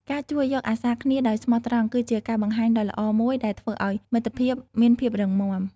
ការជួយយកអាសាគ្នាដោយស្មោះត្រង់គឺជាការបង្ហាញដ៏ល្អមួយដែលធ្វើឲ្យមិត្តភាពមានភាពរឹងមាំ។